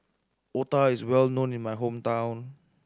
otah is well known in my hometown